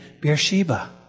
Beersheba